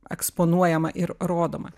eksponuojama ir rodoma